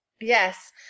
Yes